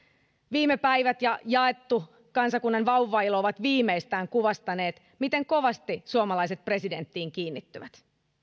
viime päivät ja jaettu kansakunnan vauvailo ovat viimeistään kuvastaneet miten kovasti suomalaiset presidenttiin kiinnittyvät